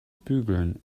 bügeln